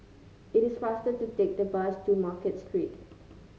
it is faster to take the bus to Market Street